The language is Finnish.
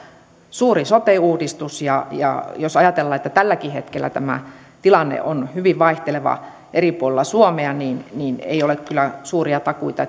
suuri sote uudistus ja ja jos ajatellaan että tälläkin hetkellä tämä tilanne on hyvin vaihteleva eri puolilla suomea niin niin ei ole kyllä suuria takuita